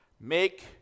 Make